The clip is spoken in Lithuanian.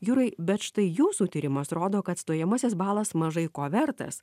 jurai bet štai jūsų tyrimas rodo kad stojamasis balas mažai ko vertas